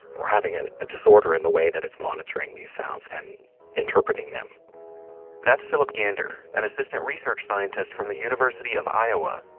or having a disorder in the way that it's monitoring these sounds, and interpreting them that's phillip gander, an assistant research scientist from the university of iowa